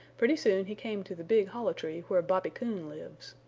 pretty soon he came to the big hollow tree where bobby coon lives,